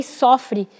sofre